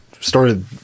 started